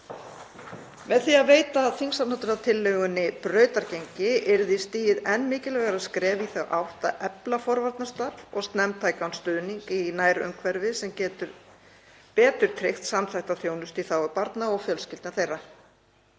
Með því að veita þingsályktunartillögunni brautargengi yrði stigið enn mikilvægara skref í þá átt að efla forvarnastarf og snemmtækan stuðning í nærumhverfi sem getur betur tryggt samþætta þjónustu í þágu barna og fjölskyldna þeirra.